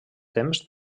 temps